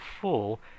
full